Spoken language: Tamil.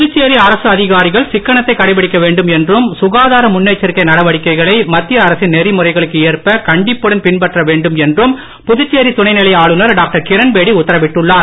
புதுச்சேரி அரசு அதிகாரிகள் சிக்கனத்தை கடைபிடிக்க வேண்டும் என்றும் சுகாதார முன்னெச்சரிக்கை நடவடிக்கைகளை மத்திய அரசின் நெறிமுறைகளுக்கு ஏற்ப கண்டிப்புடன் பின்பற்ற வேண்டும் என்றும் புதுச்சேரி துணை நிலை ஆளுநர் டாக்டர் கிரண்பேடி உத்தரவிட்டுள்ளார்